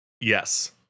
Yes